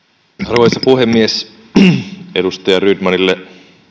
arvoisa puhemies edustaja rydmanille